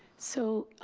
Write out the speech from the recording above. so,